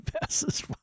passes